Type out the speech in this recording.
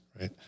right